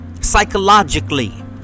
psychologically